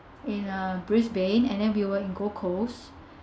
in uh brisbane and then we were in gold coast